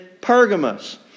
Pergamos